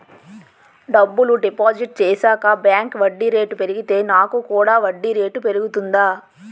డబ్బులు డిపాజిట్ చేశాక బ్యాంక్ వడ్డీ రేటు పెరిగితే నాకు కూడా వడ్డీ రేటు పెరుగుతుందా?